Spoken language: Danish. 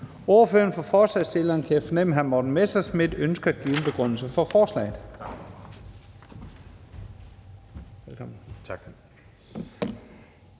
Ordføreren for forslagsstillerne, hr. Morten Messerschmidt, ønsker at give en begrundelse for forslaget.